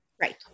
Right